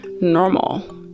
normal